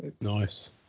Nice